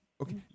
Okay